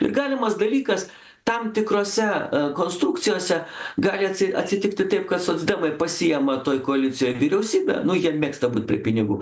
ir galimas dalykas tam tikrose konstrukcijose gali atsi atsitikti taip kad socdemai pasiima toj koalicijoj vyriausybę nu jie mėgsta būt prie pinigų